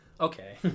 okay